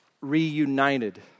reunited